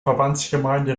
verbandsgemeinde